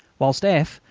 whilst f,